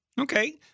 Okay